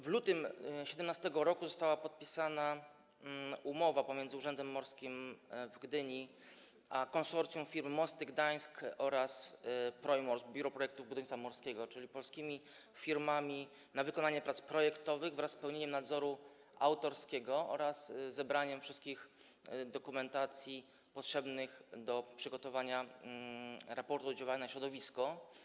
W lutym 2017 r. została podpisana umowa pomiędzy Urzędem Morskim w Gdyni a konsorcjum firm Mosty Gdańsk oraz Projmors Biuro Projektów Budownictwa Morskiego, czyli polskimi firmami, na wykonanie prac projektowych wraz z pełnieniem nadzoru autorskiego oraz zebraniem wszystkich dokumentacji potrzebnych do przygotowania raportu oddziaływania na środowisko.